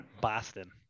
Boston